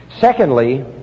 Secondly